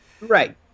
Right